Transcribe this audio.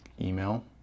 email